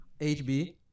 HB